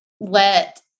let